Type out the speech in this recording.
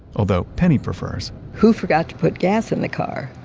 although penny prefers, who forgot to put gas in the car?